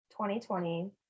2020